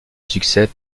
succès